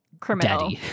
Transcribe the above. criminal